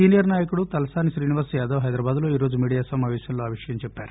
senior నాయకుడు తలసాని శ్రీనివాస్ యాదవ్ హైదరాబాదులో ఈరోజు మీడియా సమాపేశంలో ఆ విషయం తెలిపారు